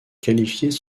qualifiées